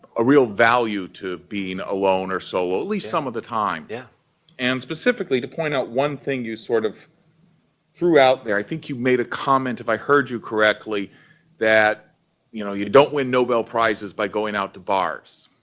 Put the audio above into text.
a real value to being alone, or solo, at least some of the time. yeah and specifically to point out one thing you sort of threw out there. i think you made a comment, if i heard you correctly that you know, you don't win nobel prizes by going out to bars.